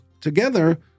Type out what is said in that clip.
together